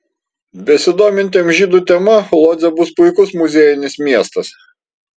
besidomintiems žydų tema lodzė bus puikus muziejinis miestas